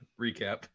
recap